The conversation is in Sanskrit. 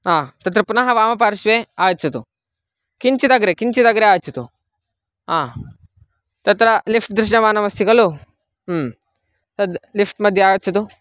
हा तत्र पुनः वाम पार्श्वे आगच्छतु किञ्चिदग्रे किञ्चिदग्रे आगच्छतु अ तत्र लिफ्ट् दृश्यमानमस्ति खलु ह्य् तद् लिफ़्ट् मध्ये आगच्छतु